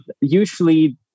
Usually